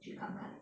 去看看